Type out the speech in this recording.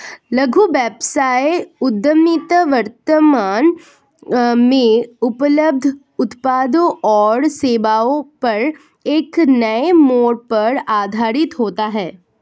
लघु व्यवसाय उद्यमिता वर्तमान में उपलब्ध उत्पादों और सेवाओं पर एक नए मोड़ पर आधारित होता है